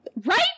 right